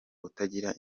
utagira